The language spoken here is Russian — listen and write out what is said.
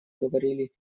говорили